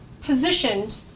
positioned